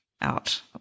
out